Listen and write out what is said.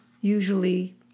usually